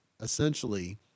Essentially